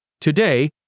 Today